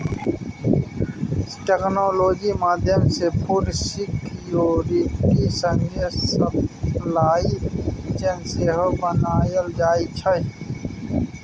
technology माध्यमसँ food security संगे supply chain सेहो बनाएल जाइ छै